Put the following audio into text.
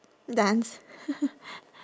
dance